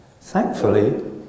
Thankfully